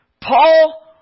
Paul